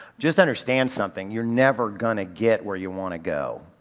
just understand something. you're never gonna get where you wanna go.